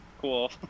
cool